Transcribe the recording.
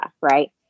Right